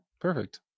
perfect